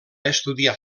estudiar